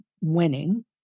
winning